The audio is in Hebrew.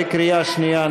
בקריאה שנייה.